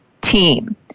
team